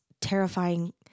terrifying